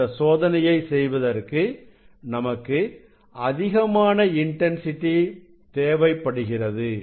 ஆனால் இந்த சோதனையை செய்வதற்கு நமக்கு அதிகமான இன்டன்சிட்டி தேவைப்படுகிறது